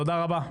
תודה רבה.